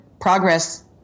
progress